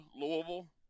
Louisville